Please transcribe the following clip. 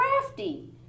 crafty